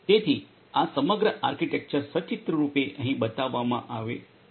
તેથી આ સમગ્ર આર્કિટેક્ચર સચિત્રરૂપે અહીં બતાવવામાં આવી છે